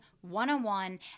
one-on-one